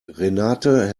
renate